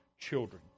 children